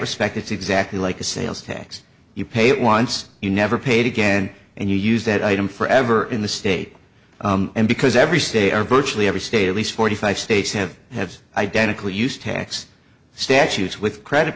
respect it's exactly like a sales tax you pay it once you never paid again and you use that item forever in the state and because every state are virtually every state at least forty five states have have identical used tax statutes with credit